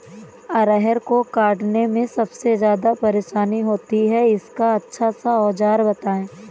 अरहर को काटने में सबसे ज्यादा परेशानी होती है इसका अच्छा सा औजार बताएं?